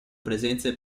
presenze